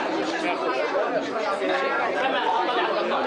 הישיבה נעולה.